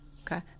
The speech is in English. okay